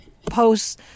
posts